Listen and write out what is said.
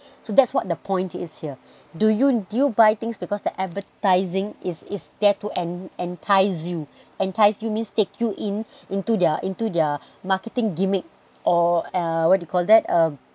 so that's what the point is here do you do you buy things because the advertising is is there to en~ entice you entice you means take you in into their into their marketing gimmick or what you call that uh